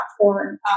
platform